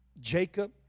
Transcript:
Jacob